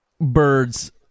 birds